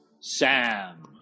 Sam